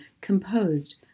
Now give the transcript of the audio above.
composed